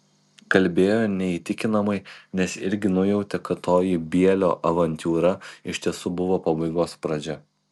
kalbėjo neįtikinamai nes irgi nujautė kad toji bielio avantiūra iš tiesų buvo pabaigos pradžia